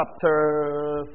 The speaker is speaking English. chapter